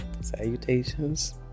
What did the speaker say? Salutations